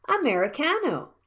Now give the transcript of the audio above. americano